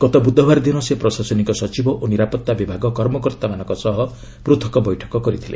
ଗତ ବ୍ରଧବାର ଦିନ ସେ ପ୍ରଶାସନିକ ସଚିବ ଓ ନିରାପତ୍ତା ବିଭାଗ କର୍ମକର୍ତ୍ତାମାନଙ୍କ ସହ ପୂଥକ ବୈଠକ କରିଥିଲେ